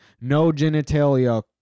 no-genitalia